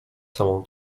samą